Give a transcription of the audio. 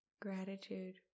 Gratitude